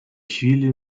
chwili